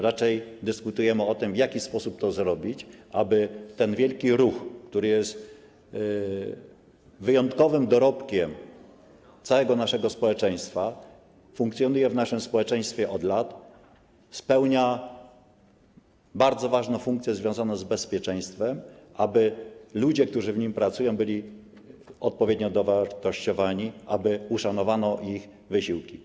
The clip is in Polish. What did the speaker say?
Raczej dyskutujemy o tym, w jaki sposób to zrobić, aby ten wielki ruch, który jest wyjątkowym dorobkiem całego naszego społeczeństwa, funkcjonuje w naszym społeczeństwie od lat, spełnia bardzo ważną funkcję związaną z bezpieczeństwem, i ludzie, którzy w nim pracują, byli odpowiednio dowartościowani, aby uszanowano ich wysiłki.